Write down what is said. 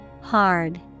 Hard